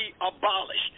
abolished